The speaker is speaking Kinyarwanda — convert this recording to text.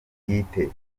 bwite